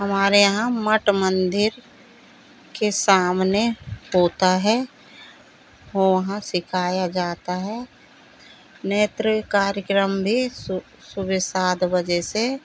हमारे यहाँ मट मंदिर के सामने होता है वहाँ सिखाया जाता है नेत्र कार्यक्रम भी सुबह सात बजे से